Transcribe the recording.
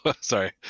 sorry